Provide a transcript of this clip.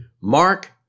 Mark